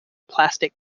plastic